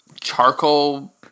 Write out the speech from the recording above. charcoal